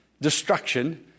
destruction